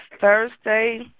Thursday